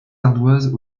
ardoises